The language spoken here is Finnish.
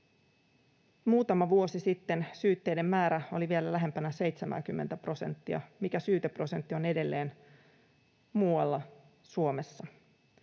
Muutama vuosi sitten syytteiden määrä oli vielä lähempänä 70:tä prosenttia, mikä syyteprosentti on edelleen muualla Suomessa.